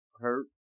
Hurt